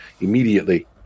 immediately